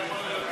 כבל,